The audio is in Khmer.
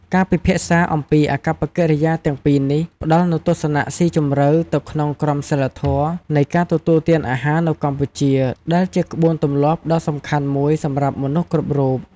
ការពិភាក្សាអំពីអាកប្បកិរិយាទាំងពីរនេះ ផ្តល់នូវទស្សនៈស៊ីជម្រៅទៅក្នុងក្រមសីលធម៌នៃការទទួលទានអាហារនៅកម្ពុជា ដែលជាក្បួនទម្លាប់ដ៏សំខាន់មួយសម្រាប់មនុស្សគ្រប់រូប។